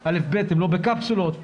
א'-ב' הם לא בקפסולות,